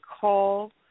call